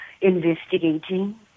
investigating